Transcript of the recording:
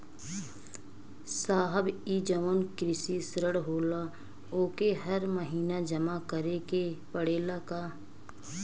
साहब ई जवन कृषि ऋण होला ओके हर महिना जमा करे के पणेला का?